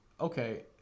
okay